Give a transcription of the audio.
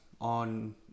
on